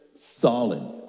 solid